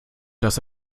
dass